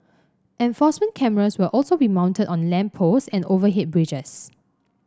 enforcement cameras will also be mounted on lamp post and overhead bridges